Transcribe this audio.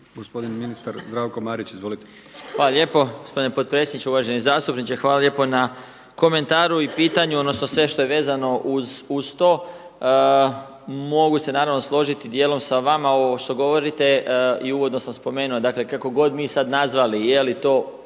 gospodin ministar Zdravko Marić. Izvolite. **Marić, Zdravko** Hvala lijepo, gospodine potpredsjedniče. Uvaženi zastupniče, hvala lijepo na komentaru i pitanju odnosno sve što je vezano uz to. Mogu se naravno složiti dijelom sa vama ovo što govorite i uvodno sam spomenuo dakle, kako god mi sada nazvali je li to